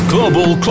Global